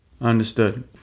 Understood